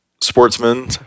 sportsmen